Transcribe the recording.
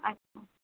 अच्छा